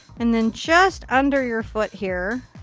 and then just under your foot here.